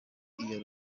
iyo